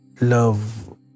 love